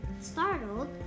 Startled